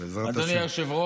בעזרת השם.